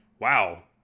wow